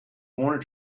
wanted